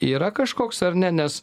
yra kažkoks ar ne nes